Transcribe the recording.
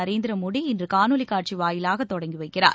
நரேந்திர மோடி இன்று காணொலிக் காட்சி வாயிலாக தொடங்கி வைக்கிறார்